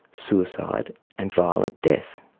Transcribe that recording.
suicide and violent death'.